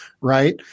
right